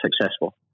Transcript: successful